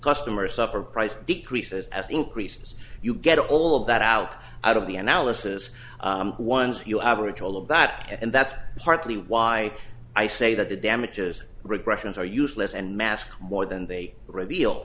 customers suffer price decreases as increases you get all of that out of the analysis ones you average all of that and that's partly why i say that the damages regressions are useless and mask more than they reveal